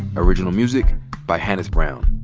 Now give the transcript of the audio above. original music by hannis brown.